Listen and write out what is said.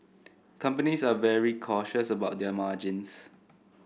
companies are very cautious about their margins